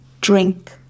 drink